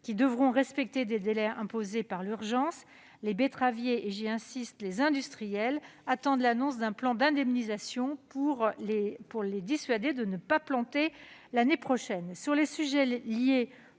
qui devront respecter des délais imposés par l'urgence, les betteraviers et- j'y insiste -les industriels attendent l'annonce d'un plan d'indemnisation pour les dissuader de ne pas planter l'année prochaine. D'autres filières